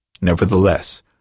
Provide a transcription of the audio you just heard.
Nevertheless